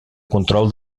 control